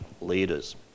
leaders